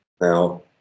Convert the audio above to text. Now